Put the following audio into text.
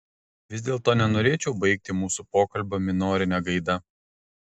vis dėlto nenorėčiau baigti mūsų pokalbio minorine gaida